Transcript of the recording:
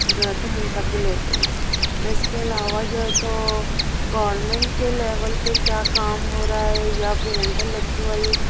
جو ہوتے ہیں منتقل ہوتے ہیں اس کے علاوہ جو ہے تو گورنمنٹ کے لیول پہ کیا کام ہو رہا ہے یا پھر انٹلیکچوئل